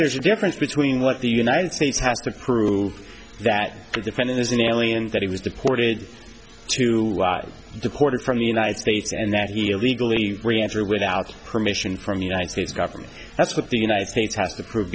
there's a difference between what the united states has to prove that the defendant is an alien that he was deported to deported from the united states and that he illegally enter without permission from the united states government that's what the united states has to prove